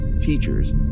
teachers